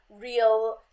real